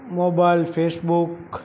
mobile Facebook